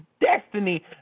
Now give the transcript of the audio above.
destiny